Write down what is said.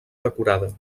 decorada